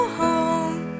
home